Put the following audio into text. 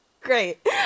Great